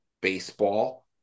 baseball